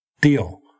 deal